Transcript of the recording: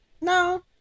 No